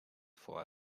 for